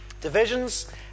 Divisions